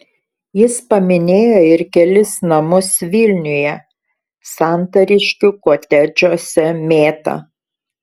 jis paminėjo ir kelis namus vilniuje santariškių kotedžuose mėta